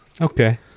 okay